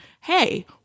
hey